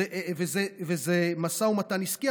זה משא ומתן עסקי.